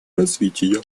развития